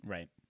Right